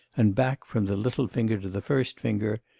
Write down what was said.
and back from the little finger to the first finger,